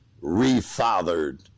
re-fathered